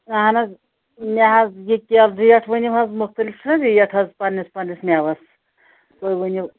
اہن حظ مےٚ حظ یہِ کیاہ ریٹ ؤنِو حظ مُختلف چھُنہ ریٹ حظ پںٛنِس پنٛنِس میوَس تُہۍ ؤنِو